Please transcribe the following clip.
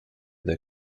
the